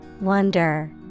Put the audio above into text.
Wonder